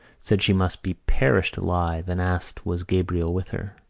said she must be perished alive, and asked was gabriel with her.